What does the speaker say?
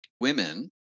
women